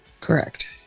Correct